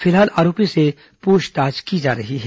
फिलहाल आरोपी से पुछताछ की जा रही है